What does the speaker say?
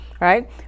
right